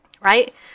right